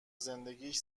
زندگیش